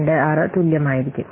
26 ആയി തുല്യമായിരിക്കും